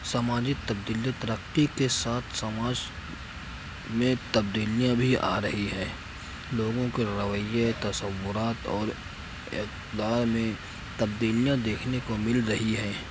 سماجی تبدیلی و ترقی کے ساتھ سماج میں تبدیلیاں بھی آ رہی ہیں لوگوں کے رویے تصورات اور اقدار میں تبدیلیاں دیکھنے کو مل رہی ہیں